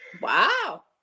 wow